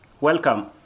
Welcome